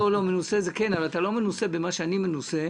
מנוסה, אבל אתה לא מנוסה במה שאני מנוסה,